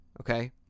okay